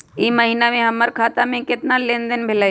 ई महीना में हमर खाता से केतना लेनदेन भेलइ?